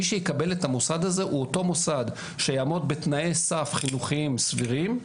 מי שיקבל את המוסד הזה הוא אותו מוסד שיעמוד בתנאי סף חינוכיים סבירים,